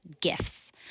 gifts